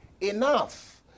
enough